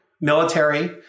military